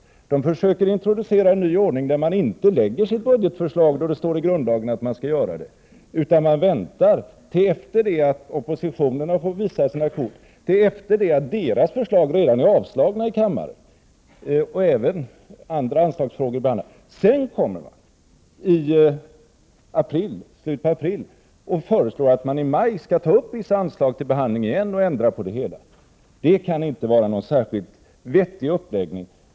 Regeringen försöker introducera en ny ordning som innebär att regeringen inte lägger fram sitt budgetförslag när den enligt grundlagen skall göra det utan väntar tills efter det att oppositionspartierna har visat sina kort och fått sina förslag avslagna i kammaren, och även till efter det att andra anslagsfrågor har behandlats. Sedan kommer regeringen, i slutet av april, och föreslår att riksdagen i maj skall ta upp vissa anslagsfrågor till behandling igen och ändra på det hela. Det kan inte vara någon särskilt vettig uppläggning.